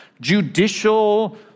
judicial